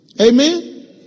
Amen